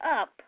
up